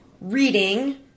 reading